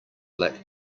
black